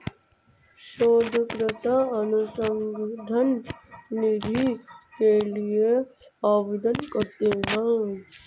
शोधकर्ता अनुसंधान निधि के लिए आवेदन करते हैं